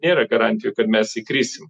nėra garantijų kad mes įkrisim